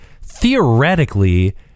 theoretically –